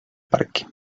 parque